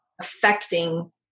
affecting